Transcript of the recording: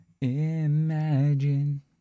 Imagine